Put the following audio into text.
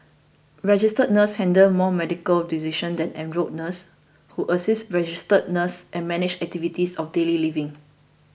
registered nurses handle more medical decision than enrolled nurses who assist registered nurses and manage activities of daily living